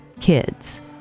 kids